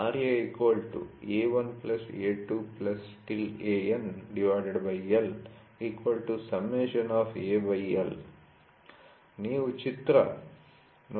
ನೀವು ಚಿತ್ರ ನೋಡಿದರೆ ಅದು ಈ ರೀತಿಯಾಗಿರುತ್ತದೆ